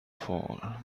fall